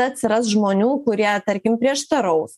atsiras žmonių kurie tarkim prieštaraus